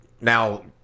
Now